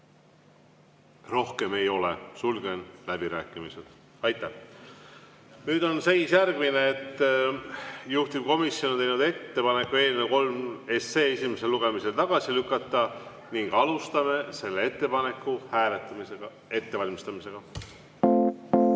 rohkem ei ole, sulgen läbirääkimised. Nüüd on seis järgmine, et juhtivkomisjon on teinud ettepaneku eelnõu nr 3 esimesel lugemisel tagasi lükata. Alustame selle ettepaneku hääletamise ettevalmistamist.